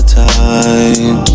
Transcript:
time